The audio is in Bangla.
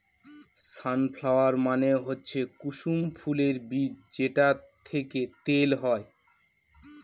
সান ফ্লাওয়ার মানে হচ্ছে কুসুম ফুলের বীজ যেটা থেকে তেল হয়